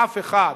אף אחד.